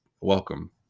welcome